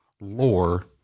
lore